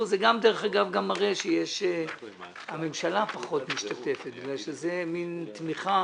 גם מראה שהממשלה פחות משתתפת כי זאת מעין תמיכה